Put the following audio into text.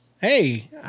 hey